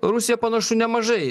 rusija panašu nemažai